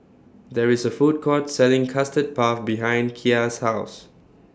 There IS A Food Court Selling Custard Puff behind Kya's House